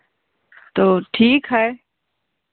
तो ठीक है